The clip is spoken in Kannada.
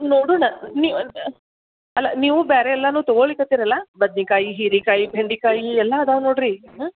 ನೋಡೋಣ ನೀವೆಲ್ಲ ಅಲ್ಲ ನೀವು ಬೇರೆ ಎಲ್ಲಾನು ತಗೊಳ್ಳಿಕತ್ತಿರಲ್ಲ ಬದ್ನೆಕಾಯಿ ಹೀರೆಕಾಯಿ ಬೆಂಡೆಕಾಯಿ ಎಲ್ಲ ಅದವೆ ನೋಡಿರಿ ಹಾಂ